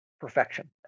perfection